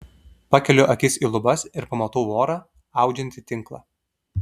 pakeliu akis į lubas ir pamatau vorą audžiantį tinklą